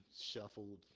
shuffled